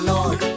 Lord